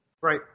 Right